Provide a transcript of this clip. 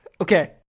Okay